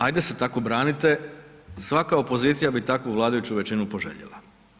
Ajde se tako branite, svaka opozicija bi takvu vladajuću većinu poželjela.